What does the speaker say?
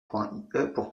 pour